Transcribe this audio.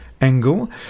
angle